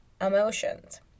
emotions